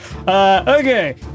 Okay